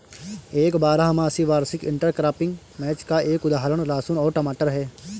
एक बारहमासी वार्षिक इंटरक्रॉपिंग मैच का एक उदाहरण लहसुन और टमाटर है